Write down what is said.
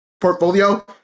portfolio